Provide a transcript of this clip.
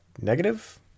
negative